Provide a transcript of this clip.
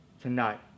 tonight